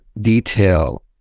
detail